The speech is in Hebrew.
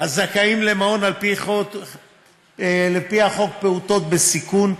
הזכאים למעון על פי חוק פעוטות בסיכון.